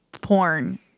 porn